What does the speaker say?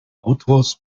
autors